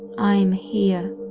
i'm here,